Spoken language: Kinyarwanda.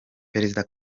perezida